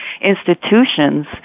institutions